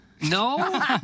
No